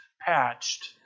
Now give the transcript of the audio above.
patched